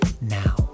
Now